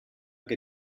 que